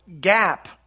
gap